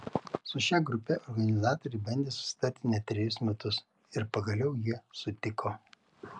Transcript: su šia grupe organizatoriai bandė susitarti net trejus metus ir pagaliau jie sutiko